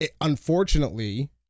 Unfortunately